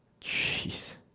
Jeez